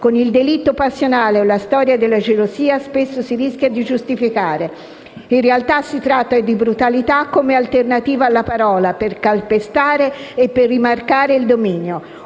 Con il delitto passionale o la storia della gelosia spesso si rischia di giustificare. In realtà si tratta di brutalità come alternativa alla parola, per calpestare e rimarcare il dominio.